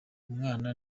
umwana